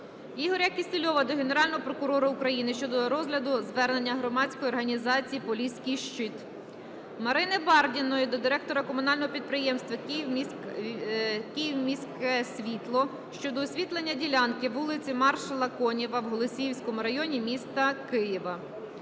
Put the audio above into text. Ігоря Кісільова до Генерального прокурора України щодо розгляду звернення громадської організації "Поліський щит". Марини Бардіної до директора комунального підприємства "Київміськсвітло" щодо освітлення ділянки вулиці Маршала Конєва в Голосіївському районі міста Києва.